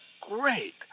great